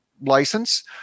license